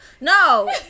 No